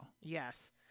yes